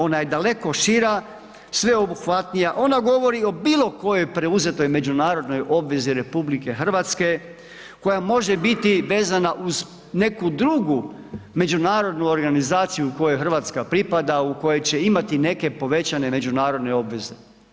Ona je daleko šira, sveobuhvatnija, ona govori o bilo kojoj preuzetoj međunarodnoj obvezi RH koja može biti vezana uz neku drugu međunarodnu organizaciju kojoj Hrvatska pripada u kojoj će imati neke povećane međunarodne obveze.